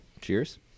Cheers